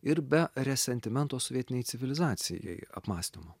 ir be resentimento sovietinei civilizacijai apmąstymo